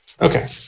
Okay